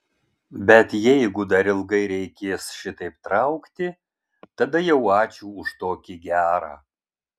bet jeigu dar ilgai reikės šitaip traukti tada jau ačiū už tokį gerą